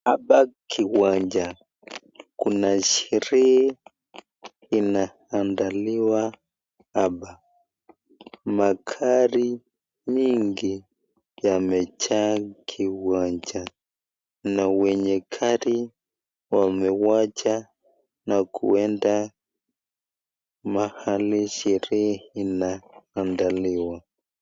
Hapa kiwanja, kuna sherehe inaandaliwa hapa. Magari mingi yamejaa kiwanja na wenye gari wamewacha na kuenda mahali sherehe inaaandaliwa.